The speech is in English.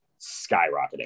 skyrocketing